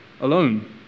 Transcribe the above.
alone